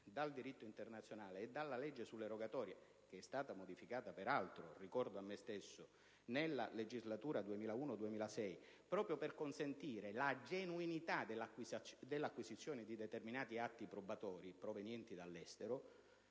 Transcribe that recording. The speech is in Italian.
dal diritto internazionale e dalla legge sulle rogatorie (che è stata modificata peraltro nella legislatura 2001-2006 proprio per consentire la genuinità dell'acquisizione di determinati atti probatori provenienti dall'estero